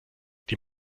die